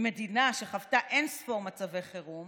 ממדינה שחוותה אין ספור מצבי חירום